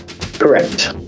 Correct